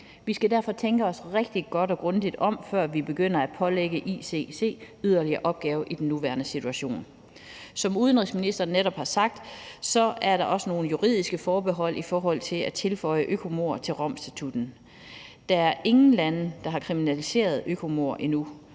Vi skal derfor tænke os rigtig godt og grundigt om, før vi begynder at pålægge ICC yderligere opgaver i den nuværende situation. Som udenrigsministeren netop har sagt, er der også nogle juridiske forbehold i forhold til at tilføje økomord til Romstatutten. Der er ingen lande, der har kriminaliseret økomord endnu,